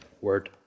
word